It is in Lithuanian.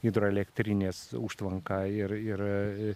hidroelektrinės užtvanką ir ir